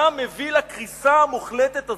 מה מביא לקריסה המוחלטת הזאת?